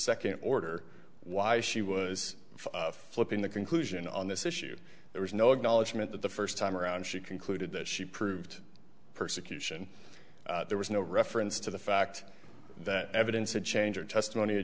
second order why she was flipping the conclusion on this issue there was no acknowledgment that the first time around she concluded that she proved persecution there was no reference to the fact that evidence would change her testimony